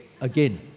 again